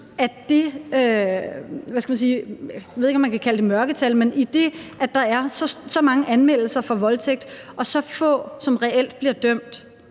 at løse det problem – jeg ved ikke, om man kan kalde dem mørketal – at der er så mange anmeldelser for voldtægt og så få, som reelt bliver dømt.